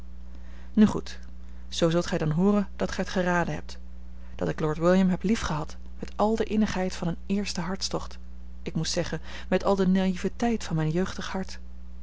nu goed zoo zult gij dan hooren dat gij het geraden hebt dat ik lord william heb liefgehad met al de innigheid van een eersten hartstocht ik moest zeggen met al de naïveteit van mijn jeugdig hart